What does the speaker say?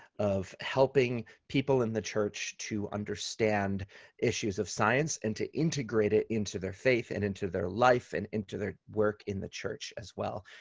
of helping people in the church to understand issues of science, and to integrate it into their faith, and into their life, and into their work in the church as well.